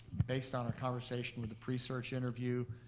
based on our conversation with the pre-search interview,